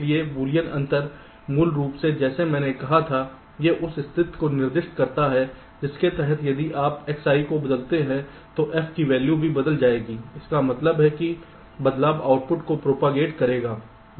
इसलिए बूलियन अंतर मूल रूप से जैसा मैंने कहा था यह उस स्थिति को निर्दिष्ट करता है जिसके तहत यदि आप Xi को बदलते हैं तो f की वैल्यू भी बदल जाएगी इसका मतलब है कि बदलाव आउटपुट को प्रोपागेट करेगा